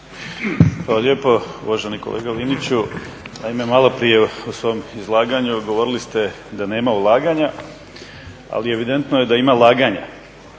lijepo. Uvaženi kolega Liniću naime maloprije u svom izlaganju govorili ste da nema ulaganja, ali evidentno je da ima laganja.